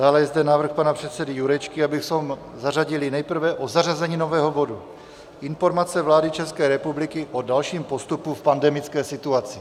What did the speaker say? Dále je zde návrh pana předsedy Jurečky, abychom hlasovali nejprve o zařazení nového bodu Informace vlády České republiky o dalším postupu v pandemické situaci.